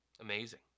Amazing